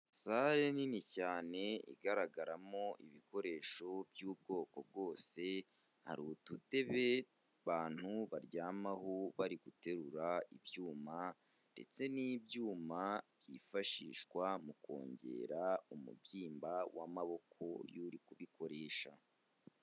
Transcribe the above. Sale nini cyane igaragaramo ibikoresho by'ubwoko bwose, hari udutebe abantu baryamaho bari guterura ibyuma ndetse n'ibyuma byifashishwa mu kongera umubyimba w'amaboko y'uri kubikoresha.